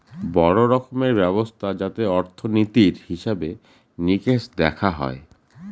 বড়ো রকমের ব্যবস্থা যাতে অর্থনীতির হিসেবে নিকেশ দেখা হয়